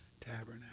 tabernacle